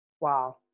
Wow